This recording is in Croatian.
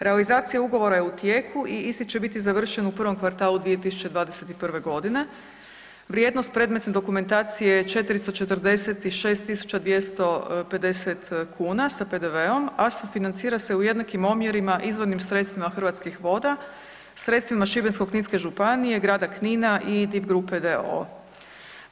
Realizacija ugovora je u tijeku i isti će biti završen u prvom kvartalu 2021. g., vrijednost predmetne dokumentacije je 446 250 kuna sa PDV-om, a sufinancira se u jednakim omjerima izvornim sredstvima Hrvatskih voda, sredstvima Šibensko-kninske županije, grada Knina i DIV grupe d.o.o.